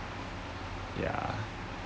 ya